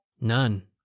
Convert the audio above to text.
None